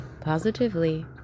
positively